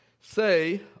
say